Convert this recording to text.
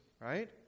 right